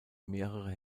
mehrere